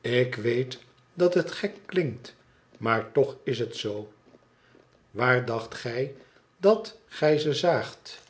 ik weet dat het gek klinkt maar toch is het zoo waar dacht gij dat gij ze zaagt